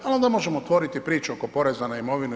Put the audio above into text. A onda možemo otvoriti priču oko poreza na imovinu itd.